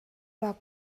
war